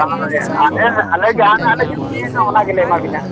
ᱦᱳᱭ ᱟᱞᱮ ᱟᱞᱮ ᱡᱟᱦᱟᱱᱟᱜ ᱞᱮ ᱡᱩᱠᱛᱤᱭᱟ ᱚᱱᱟ ᱜᱮᱞᱮ ᱮᱢᱟᱵᱤᱱᱟ